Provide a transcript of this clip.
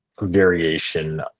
variation